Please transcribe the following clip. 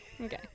okay